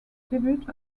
debut